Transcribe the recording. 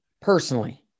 Personally